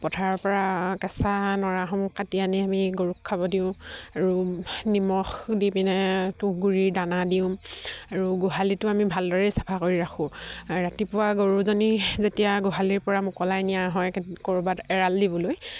পথাৰৰ পৰা কেঁচা নৰাসমূহ কাটি আনি আমি গৰুক খাব দিওঁ আৰু নিমখ দি পিনে তুঁহ গুড়িৰ দানা দিওঁ আৰু গোহালিটো আমি ভালদৰেই চাফা কৰি ৰাখোঁ ৰাতিপুৱা গৰুজনী যেতিয়া গোহালিৰ পৰা মোকলাই নিয়া হয় ক'ৰবাত এৰাল দিবলৈ